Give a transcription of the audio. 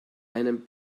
einen